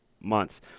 months